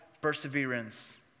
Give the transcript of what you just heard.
perseverance